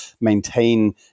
maintain